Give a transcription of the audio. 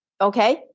okay